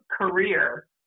career